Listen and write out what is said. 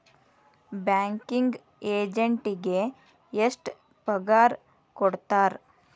Banking ಎಜೆಂಟಿಗೆ ಎಷ್ಟ್ ಪಗಾರ್ ಕೊಡ್ತಾರ್?